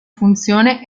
funzione